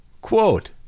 Quote